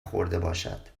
خوردهباشد